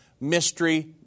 mystery